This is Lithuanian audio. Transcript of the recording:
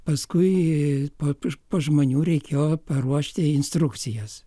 paskui po po žmonių reikėjo paruošti instrukcijas